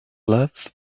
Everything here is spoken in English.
love